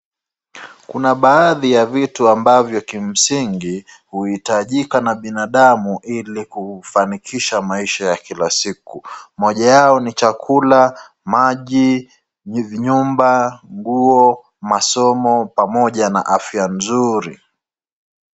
Kuna baadhi ya vitu ambavyo kimsingi huhitajika na binadamu ili kufanikisha maisha ya kila siku. Moja yao ni chakula, maji, nyumba, nguo, masomo pamoja na afya nzuri.